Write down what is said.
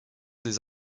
des